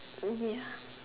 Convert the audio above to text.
uh ya